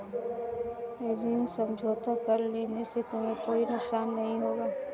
ऋण समझौता कर लेने से तुम्हें कोई नुकसान नहीं होगा